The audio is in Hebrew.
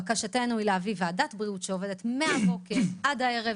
בקשתנו היא להביא ועדת בריאות שעובדת מהבוקר ועד הערב,